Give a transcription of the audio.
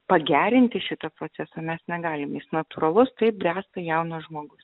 pagerinti šito proceso mes negalim jis natūralus taip bręsta jaunas žmogus